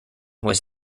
was